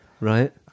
Right